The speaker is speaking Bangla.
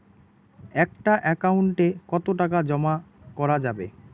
একটা একাউন্ট এ কতো টাকা জমা করা যাবে?